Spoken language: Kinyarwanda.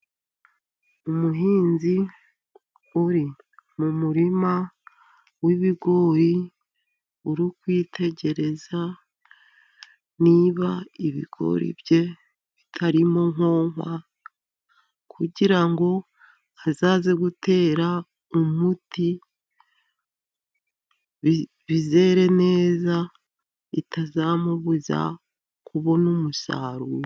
Umuhinzi uri mu murima w'ibigori uri kwitegereza niba ibigori bye bitarimo nkonkwa, kugira ngo azaze gutera umuti, bizere neza, itazamubuza kubona umusaruro.